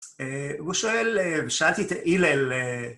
הוא שואל, ושאלתי את הלל